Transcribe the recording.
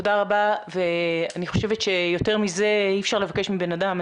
אני חושבת שיותר מזה אי אפשר לבקש מבנאדם.